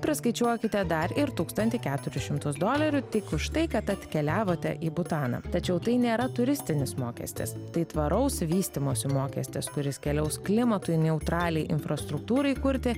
priskaičiuokite dar ir tūkstantį keturis šimtus dolerių tik už tai kad atkeliavote į butaną tačiau tai nėra turistinis mokestis tai tvaraus vystymosi mokestis kuris keliaus klimatui neutraliai infrastruktūrai kurti